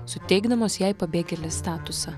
suteikdamos jai pabėgėlės statusą